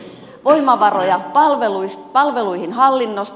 voimavaroja palveluihin hallinnosta